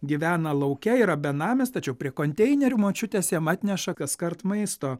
gyvena lauke yra benamis tačiau prie konteinerių močiutės jam atneša kaskart maisto